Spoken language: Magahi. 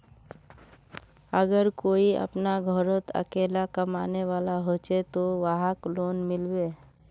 अगर कोई अपना घोरोत अकेला कमाने वाला होचे ते वहाक लोन मिलबे?